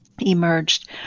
emerged